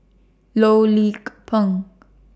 Loh Lik Peng